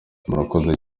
murakoze